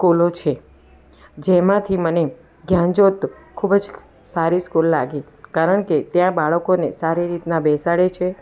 સ્કૂલો છે જેમાંથી મને જ્ઞાનજ્યોત ખૂબ જ સારી સ્કૂલ લાગી કારણ કે ત્યાં બાળકોને સારી રીતના બેસાડે છે